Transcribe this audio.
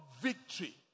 victory